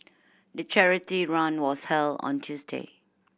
the charity run was held on Tuesday